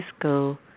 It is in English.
go